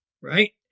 right